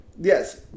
Yes